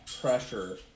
pressure